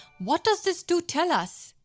what does this two tell us?